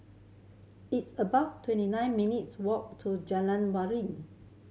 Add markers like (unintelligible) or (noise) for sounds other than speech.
it's about twenty nine minutes' walk to Jalan (unintelligible)